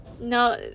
no